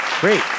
great